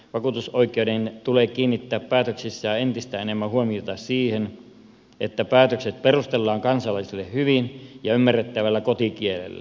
vakuutusoikeuden tulee kiinnittää päätöksissään entistä enemmän huomiota siihen että päätökset perustellaan kansalaisille hyvin ja ymmärrettävällä kotikielellä